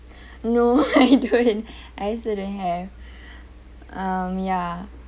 no I don't I also don't have um ya